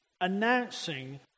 announcing